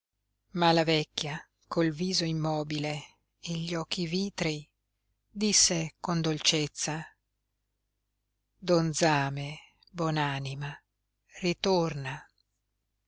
ma la vecchia col viso immobile e gli occhi vitrei disse con dolcezza don zame bonanima ritorna